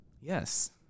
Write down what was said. Yes